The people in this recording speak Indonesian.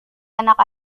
anak